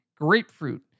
grapefruit